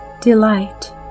delight